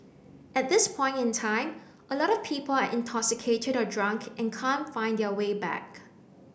at this point in time a lot of people are intoxicated or drunk and can't find their way back